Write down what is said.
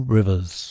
Rivers